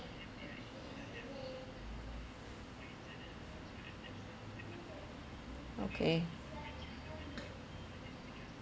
okay